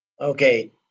Okay